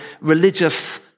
religious